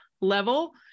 level